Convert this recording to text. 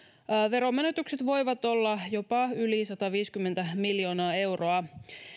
veronmenetykset voivat olla jopa yli sataviisikymmentä miljoonaa euroa